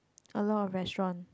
a lot of restaurant